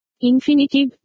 Infinitive